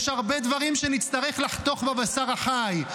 יש הרבה דברים שנצטרך לחתוך בבשר החי.